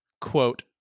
quote